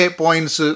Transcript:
points